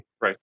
Right